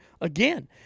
Again